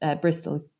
Bristol